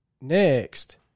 next